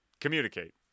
Communicate